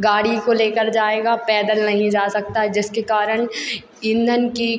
गाड़ी को लेकर जाएगा पैदल नहीं जा सकता जिसके कारण इंधन की